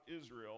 Israel